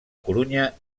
corunya